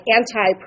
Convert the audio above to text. anti